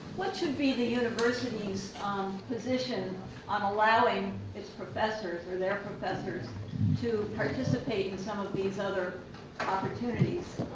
what should be the university's um position on allowing its professors or their professors to participate in some of these other opportunities?